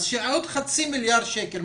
אז שיהיה עוד חצי מיליארד שקלים,